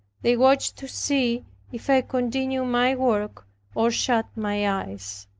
they watched to see if i continued my work or shut my eyes.